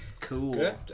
Cool